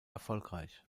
erfolgreich